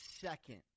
second